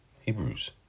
Hebrews